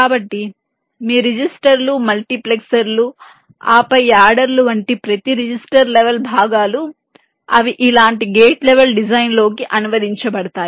కాబట్టి మీ రిజిస్టర్లు మల్టీప్లెక్సర్లు ఆపై యాడర్లు వంటి ప్రతి రిజిస్టర్ లెవెల్ భాగాలు అవి ఇలాంటి గేట్ లెవెల్ డిజైన్ లోకి అనువదించబడతాయి